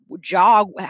jog